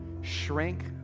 shrink